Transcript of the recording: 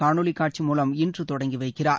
காணொலி காட்சி மூலம் இன்று தொடங்கி வைக்கிறார்